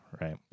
right